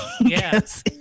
Yes